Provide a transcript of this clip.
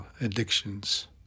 addictions